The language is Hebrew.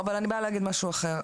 אבל אני באה להגיד משהו אחר,